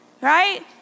Right